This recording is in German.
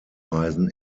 reisen